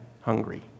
hungry